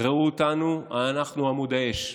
ראו אותנו, אנחנו עמוד האש,